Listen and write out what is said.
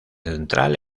central